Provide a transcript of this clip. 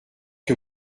que